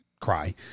cry